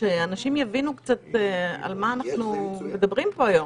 כדי שאנשים יבינו קצת על מה אנחנו מדברים פה היום.